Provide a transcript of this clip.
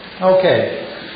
Okay